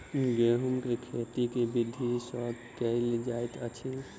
गेंहूँ केँ खेती केँ विधि सँ केल जाइत अछि?